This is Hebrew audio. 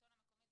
השלטון המקומי,